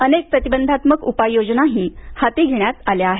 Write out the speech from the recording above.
अनेक प्रतिबंधात्मक उपाययोजनाही हाती घेण्यात आल्या आहेत